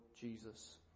Jesus